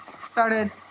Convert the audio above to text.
started